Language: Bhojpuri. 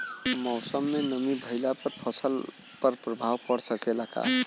मौसम में नमी भइला पर फसल पर प्रभाव पड़ सकेला का?